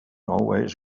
always